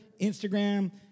Instagram